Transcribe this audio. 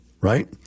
right